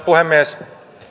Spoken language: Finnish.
puhemies